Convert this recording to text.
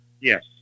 Yes